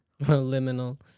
Liminal